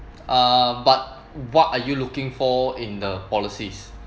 um but what are you looking for in the policies